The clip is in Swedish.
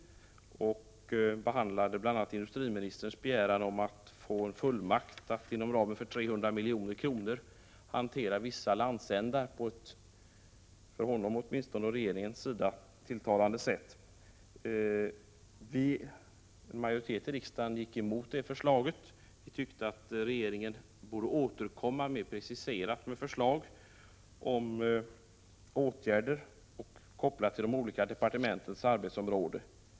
Vi behandlade bl.a. industriministerns begäran om att få en fullmakt att inom ramen för 300 milj.kr. hantera vissa landsändar på ett för industriministern och regeringen tilltalande sätt. En majoritet av riksdagen gick emot förslaget. Riksdagen ansåg att regeringen borde återkomma med mera preciserade förslag om åtgärder och koppla dessa till de olika departementens arbetsområden.